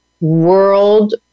world